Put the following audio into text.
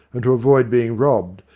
and to avoid being robbed,